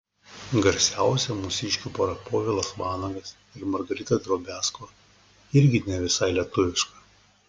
garsiausia mūsiškių pora povilas vanagas ir margarita drobiazko irgi ne visai lietuviška